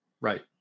Right